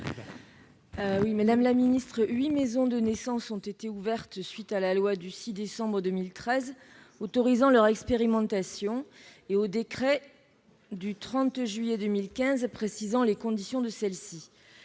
Lubin. Madame la ministre, huit maisons de naissance ont été ouvertes à la suite de la loi du 6 décembre 2013 autorisant leur expérimentation et du décret du 30 juillet 2015 précisant les conditions de cette